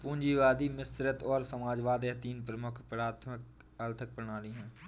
पूंजीवाद मिश्रित और समाजवाद यह तीन प्रमुख आर्थिक प्रणाली है